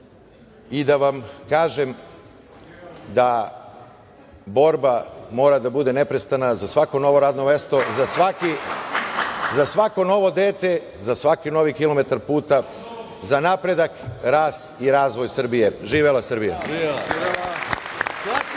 i da vam kažem da borba mora da bude neprestana za svako novo radno mesto, za svako novo dete, za svaki novi kilometar puta, za napredak, rast i razvoj Srbije. Živela Srbija.